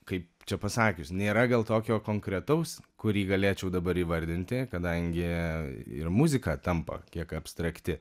kaip čia pasakius nėra gal tokio konkretaus kurį galėčiau dabar įvardinti kadangi ir muzika tampa kiek abstrakti